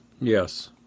Yes